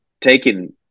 taking